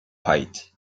fight